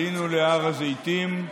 עלינו להר הזיתים,